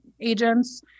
agents